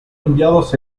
enviados